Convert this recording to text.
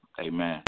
amen